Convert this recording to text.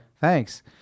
Thanks